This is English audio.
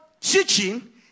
teaching